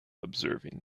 observing